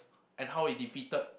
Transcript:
and how he defeated